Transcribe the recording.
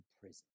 prison